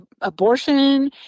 abortion